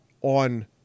on